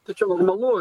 tai čia normalu